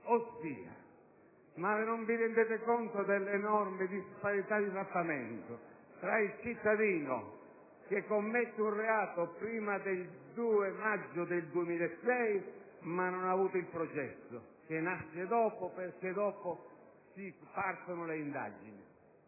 Ma non vi rendete conto dell'enorme disparità di trattamento tra il cittadino che commette un reato prima del 2 maggio 2006, ma che non ha avuto il processo, che nasce dopo, perché dopo partono le indagini,